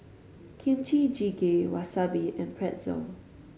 Kimchi Jjigae Wasabi and Pretzel